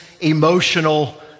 emotional